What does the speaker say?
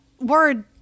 word